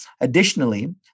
Additionally